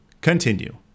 continue